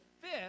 fifth